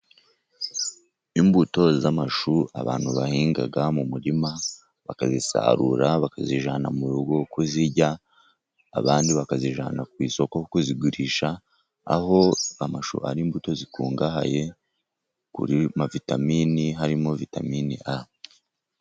Imbuto z'amashu abantu bahinga mu murima bakazisarura bakazijyana mu rugo kuzirya abandi bakazijyana ku isoko kuzigurisha. Aho amashu ari imbuto zikungahaye kuri vitamini harimo vitamini A.